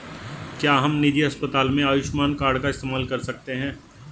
क्या हम निजी अस्पताल में आयुष्मान कार्ड का इस्तेमाल कर सकते हैं?